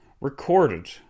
recorded